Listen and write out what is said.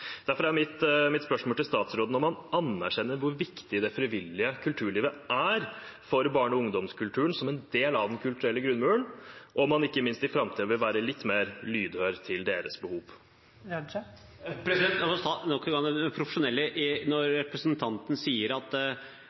statsråden om han anerkjenner hvor viktig det frivillige kulturlivet er for barne- og ungdomskulturen som en del av den kulturelle grunnmuren, og om han ikke minst i framtiden vil være litt mer lydhør overfor deres behov. La oss nok en gang ta de profesjonelle, når representanten Øvstegård sier at